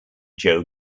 joe